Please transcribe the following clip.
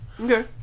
okay